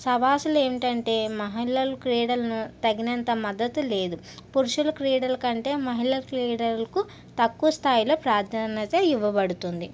సవాళ్ళు ఏంటంటే మహిళలు క్రీడల్ను తగినంత మద్దతిలేదు పురుషుల క్రీడలంటే మహిళల క్రీడలకు తక్కువ స్థాయిలో ప్రాధాన్యత ఇవ్వబడుతుంది